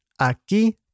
Aquí